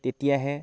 তেতিয়াহে